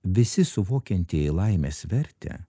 visi suvokiantieji laimės vertę